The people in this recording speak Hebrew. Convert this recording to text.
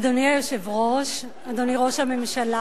אדוני היושב-ראש, אדוני ראש הממשלה,